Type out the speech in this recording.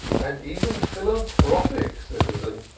and even philanthropic citizen.